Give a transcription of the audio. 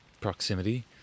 proximity